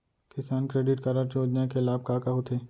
किसान credit card योजना के लाभ का का होथे?